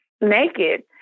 naked